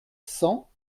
cent